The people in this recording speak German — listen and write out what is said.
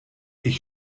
ich